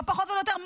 לא פחות ולא יותר,